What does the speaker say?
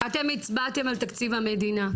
אתם הצבעתם על תקציב המדינה,